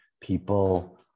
people